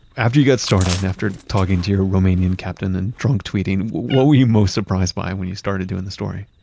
after you got started, and after talking to your romanian captain captain and drunk tweeting, what were you most surprised by when you started doing the story?